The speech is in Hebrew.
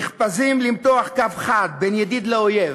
נחפזים למתוח קו חד בין ידיד לאויב